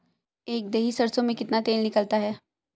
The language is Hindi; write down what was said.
एक दही सरसों में कितना तेल निकलता है?